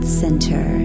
center